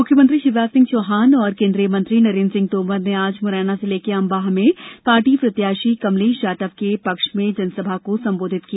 मुख्यमंत्री शिवराज सिंह चौहान और केन्द्रीय मंत्री नरेन्द्र सिंह तोमर ने आज मुरैना जिले के अम्बाह में पार्टी प्रत्याशी कमलेश जाटव के पक्ष में जनसभा को संबोधित किया